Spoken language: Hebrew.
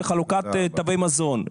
בחלוקת תווי מזון.